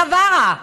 בחווארה,